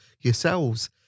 yourselves